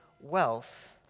wealth